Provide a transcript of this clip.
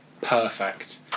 perfect